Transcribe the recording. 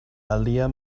alia